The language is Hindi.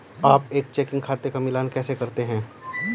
आप एक चेकिंग खाते का मिलान कैसे करते हैं?